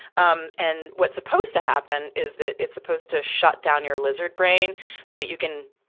um and, what's supposed to happen is that it's supposed to shut down your lizard brain, so that you can,